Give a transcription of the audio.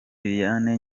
liliane